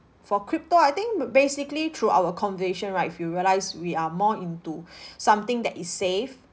for crypto I think ba~ basically through our conversation right if you realise we are more into something that is safe